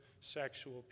sexual